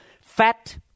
fat